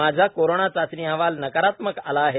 माझा कोरोना चाचणी अहवाल नकारात्मक आली आहे